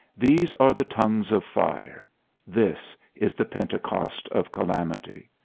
these are the tongues of fire this is the pentecost of calamity.